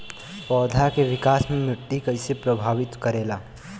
पौधा के विकास मे मिट्टी कइसे प्रभावित करेला?